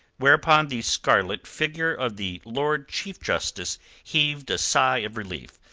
whereupon the scarlet figure of the lord chief justice heaved a sigh of relief.